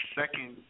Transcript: second